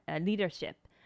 leadership